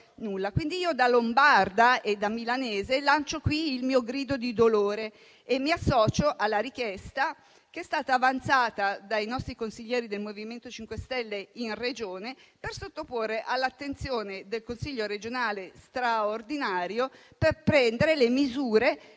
Quindi, da lombarda e da milanese lancio qui il mio grido di dolore e mi associo alla richiesta che è stata avanzata dai nostri consiglieri del MoVimento 5 Stelle in Regione, da sottoporre all'attenzione del Consiglio regionale straordinario, per prendere le misure